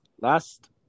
Last